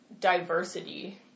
diversity